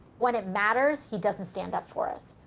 when it matters, he doesn't stand up for us.